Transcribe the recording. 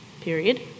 period